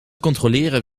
controleren